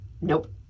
nope